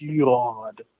God